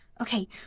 Okay